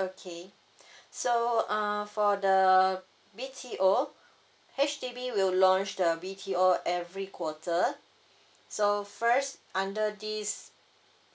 okay so uh for the B_T_O H_D_B will launch the B_T_O every quarter so first under this